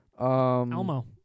Elmo